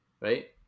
right